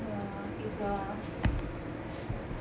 err it's err